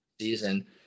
season